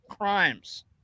crimes